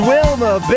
Wilma